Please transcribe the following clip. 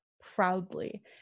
proudly